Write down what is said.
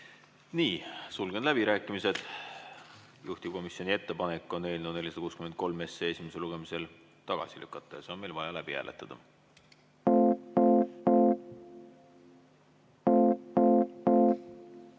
Nii. Sulgen läbirääkimised. Juhtivkomisjoni ettepanek on eelnõu 463 esimesel lugemisel tagasi lükata. See on meil vaja läbi hääletada.No